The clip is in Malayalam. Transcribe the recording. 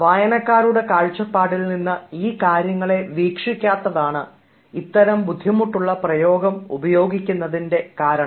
വായനക്കാരുടെ കാഴ്ചപ്പാടിൽനിന്ന് ഈ കാര്യങ്ങളെ വീക്ഷിക്കാത്തതാണ് ഇത്തരം ബുദ്ധിമുട്ടുള്ള പ്രയോഗം ഉപയോഗിക്കുന്നതിൻറെ കാരണം